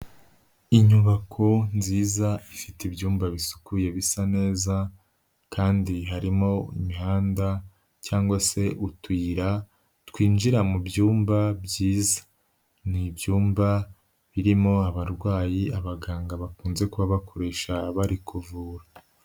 Inyubako nziza ifite ibyumba bisukuye bisa neza kandi harimo imihanda cyangwa se utuyira twinjira mu byumba byiza, ni ibyumba birimo abarwayi abaganga bakunze kuba bakoresha bari kuvura.